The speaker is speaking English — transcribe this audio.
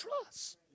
trust